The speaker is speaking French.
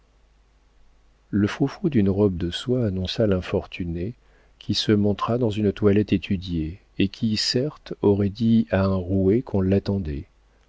le froufrou d'une robe de soie annonça l'infortunée qui se montra dans une toilette étudiée et qui certes aurait dit à un roué qu'on l'attendait